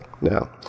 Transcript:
No